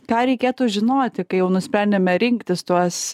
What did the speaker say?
ką reikėtų žinoti kai jau nusprendėme rinktis tuos